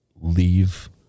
leave